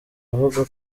avuga